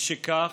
משכך,